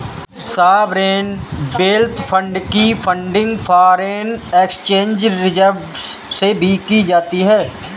sovereign wealth fund की funding foreign exchange reserves से भी की जाती है